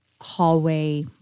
hallway